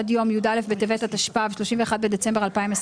עד יום י"א בטבת התשפ"ו (31 בדצמבר 2025)